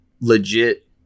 legit